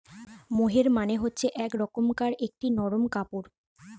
মোহের মানে হচ্ছে এক রকমকার একটি নরম কাপড়